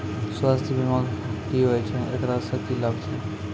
स्वास्थ्य बीमा की होय छै, एकरा से की लाभ छै?